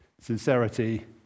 sincerity